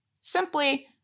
simply